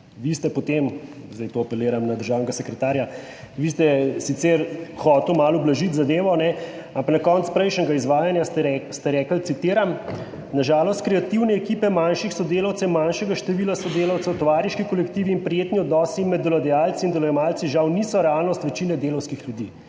Vi ste potem, zdaj to apeliram na državnega sekretarja, vi ste sicer hotel malo ublažiti zadevo, ampak na koncu prejšnjega izvajanja ste rekli, citiram: »Na žalost kreativne ekipe manjših sodelavcev, manjšega števila sodelavcev, tovariški kolektivi in prijetni odnosi med delodajalci in delojemalci žal niso realnost večina delavskih ljudi.